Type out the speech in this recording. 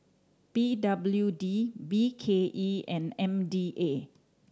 P W D B K E and M D A